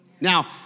Now